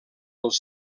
els